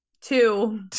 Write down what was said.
Two